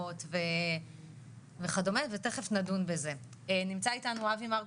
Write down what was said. או שדופקים לך את האמבולנס,